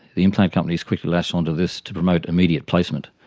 the implant companies quickly latched onto this to promote immediate placement.